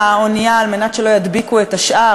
האונייה על מנת שלא ידביקו את השאר,